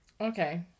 Okay